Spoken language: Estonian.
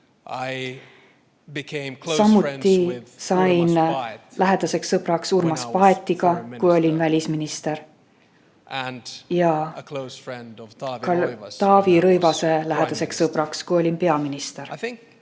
Samuti sain lähedaseks sõbraks Urmas Paetiga, kui olin välisminister, aga ka Taavi Rõivasega, kui olin peaminister.